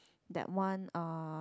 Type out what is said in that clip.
that one uh